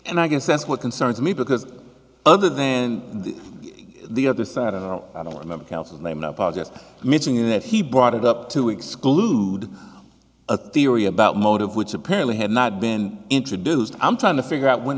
and i guess that's what concerns me because other then the the other side i don't i don't remember counts and i'm not missing that he brought it up to exclude a theory about motive which apparently had not been introduced i'm trying to figure out when